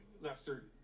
Lester